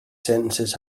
sentences